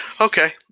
okay